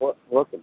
okay okay